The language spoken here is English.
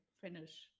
finish